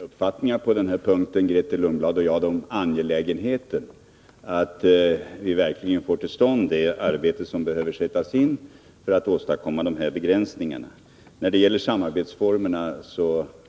Herr talman! Som jag sade har inte Grethe Lundblad och jag olika uppfattning om angelägenheten av att vi verkligen får till stånd det arbete som behöver sättas in för att åstadkomma dessa begränsningar. När det gäller samarbetsformerna